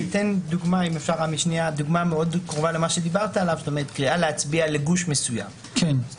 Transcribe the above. המגמה באופן עקרוני היא להרחיב.